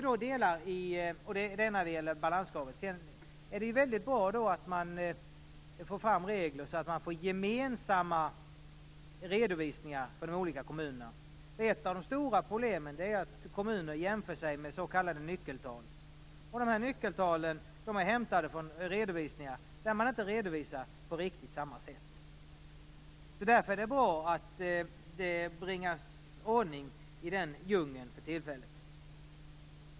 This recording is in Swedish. Det är väldigt bra att det införs regler så att man får gemensamma redovisningar från de olika kommunerna. Ett av de stora problemen är att kommunerna jämför sig med s.k. nyckeltal. Dessa nyckeltal är hämtade från redovisningar där man inte redovisar på riktigt samma sätt. Därför är det bra att det bringas ordning i den djungeln för tillfället.